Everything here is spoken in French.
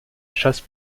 chasse